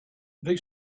they